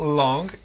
long